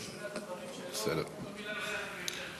אחרי הדברים שלו כל מילה נוספת מיותרת.